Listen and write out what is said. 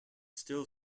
still